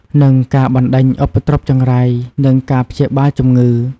និងការបណ្តេញឧបទ្រពចង្រៃ និងការព្យាបាលជម្ងឺ។